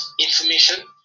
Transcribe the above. information